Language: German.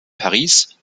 paris